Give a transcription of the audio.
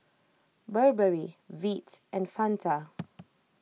Burberry Veet and Fanta